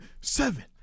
seven